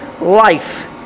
life